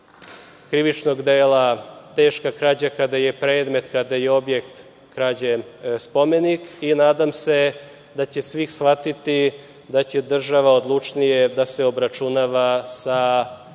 krivičnog dela teška krađa, kada je predmet, kada je objekt krađe spomenik. Nadam se da će svi shvatiti da će država odlučnije da se obračunava sa učiniocima